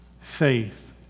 faith